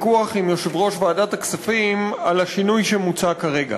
לוויכוח עם יושב-ראש ועדת הכספים על השינוי שמוצע כרגע.